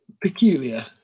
peculiar